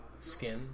Skin